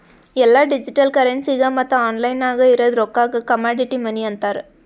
ಎಲ್ಲಾ ಡಿಜಿಟಲ್ ಕರೆನ್ಸಿಗ ಮತ್ತ ಆನ್ಲೈನ್ ನಾಗ್ ಇರದ್ ರೊಕ್ಕಾಗ ಕಮಾಡಿಟಿ ಮನಿ ಅಂತಾರ್